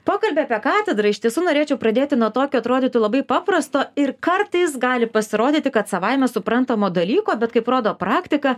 pokalbį apie katedrą iš tiesų norėčiau pradėti nuo tokio atrodytų labai paprasto ir kartais gali pasirodyti kad savaime suprantamo dalyko bet kaip rodo praktika